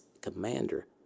commander